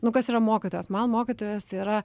nu kas yra mokytojas man mokytojas yra